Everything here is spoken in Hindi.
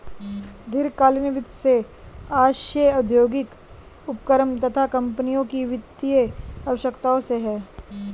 दीर्घकालीन वित्त से आशय औद्योगिक उपक्रम अथवा कम्पनी की वित्तीय आवश्यकताओं से है